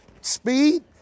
Speed